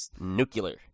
Nuclear